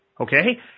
Okay